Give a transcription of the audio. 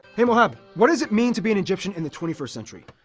hey mohab, what does it mean to be an egyptian in the twenty first century?